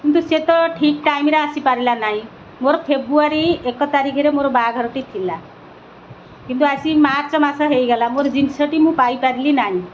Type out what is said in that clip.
କିନ୍ତୁ ସେ ତ ଠିକ୍ ଟାଇମ୍ରେ ଆସିପାରିଲା ନାହିଁ ମୋର ଫେବୃଆରୀ ଏକ ତାରିଖରେ ମୋର ବାହାଘରଟି ଥିଲା କିନ୍ତୁ ଆସି ମାର୍ଚ୍ଚ୍ ମାସ ହୋଇଗଲା ମୋର ଜିନିଷଟି ମୁଁ ପାଇପାରିଲି ନାହିଁ